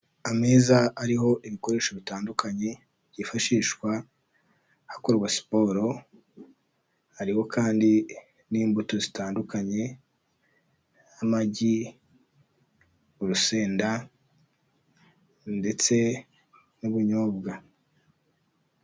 Ameza ariho ibikoresho bitandukanye byifashishwa hakorwa siporo, hariho kandi n'imbuto zitandukanye amagi, urusenda ndetse n'ubunyobwa.